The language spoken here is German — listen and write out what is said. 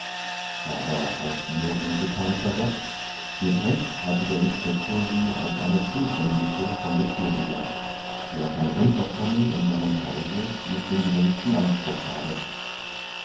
aber auf ihr ruhte kein verdacht mit recht hatte der inspektor sie als eine zudringliche von der tür gejagt die auf ein unterkommen in seinem hause nicht den geringsten anspruch habe